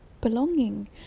belonging